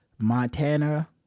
Montana